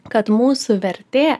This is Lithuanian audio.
kad mūsų vertė